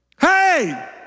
Hey